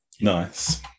Nice